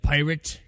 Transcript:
Pirate